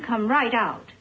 to come right out